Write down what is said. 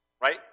right